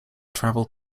traveled